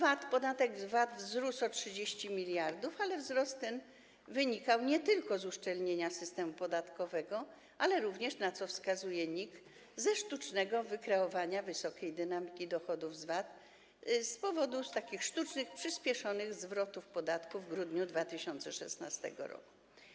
Jeśli chodzi o podatek VAT, to był wzrost o 30 mld, ale wzrost ten wynikał nie tylko z uszczelnienia systemu podatkowego, ale również - na co wskazuje NIK - ze sztucznego wykreowania wysokiej dynamiki dochodów z VAT z powodu takich sztucznych, przyspieszonych zwrotów podatku w grudniu 2016 r.